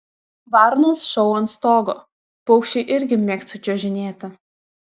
varnos šou ant stogo paukščiai irgi mėgsta čiuožinėti